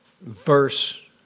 verse